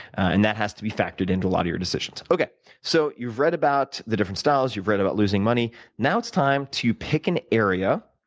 and that has to be factored into a lot of your decisions. so you've read about the different styles, you've read about losing money. now it's time to pick an area,